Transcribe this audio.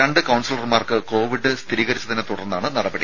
രണ്ട് കൌൺസിലർമാർക്ക് കോവിഡ് സ്ഥിരീകരിച്ചതിനെത്തുടർന്നാണ് നടപടി